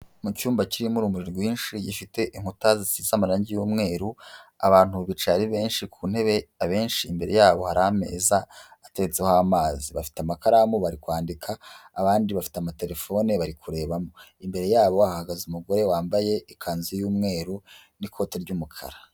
Mu cyumba kirimo urumuri rwinshi, gifite inkuta zisize amararangi y’umweru. Abantu bicaye ari benshi ku ntebe, abenshi imbere yabo hari ameza ateretseho amazi. Bafite amakaramu bari kwandika, abandi bafite amatelefone bari kurebamo. Imbere yabo ahagaze umugore wambaye ikanzu y'umweru n'ikote ry'umukara.